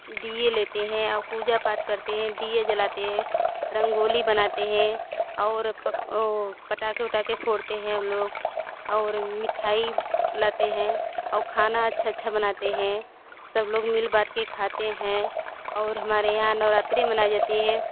दिए लेते हैं औ पूजा पाठ करते हैं दिए जलाते हैं रंगोली बनाते हैं और पटाखे उटाखे फोड़ते हैं हम लोग और मिठाई लाते हैं औ खाना अच्छा अच्छा बनाते हैं सब लोग मिल बाँट के खाते हैं और हमारे यहाँ नवरात्रि मनाई जाती है